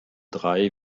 drei